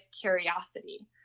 curiosity